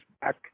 back